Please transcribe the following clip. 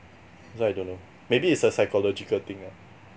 so I don't know maybe is a psychological thing ah